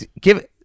give